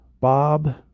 Bob